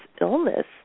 illness